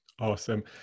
Awesome